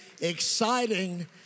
exciting